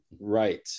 Right